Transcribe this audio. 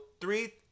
three